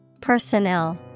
Personnel